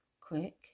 quick